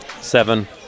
seven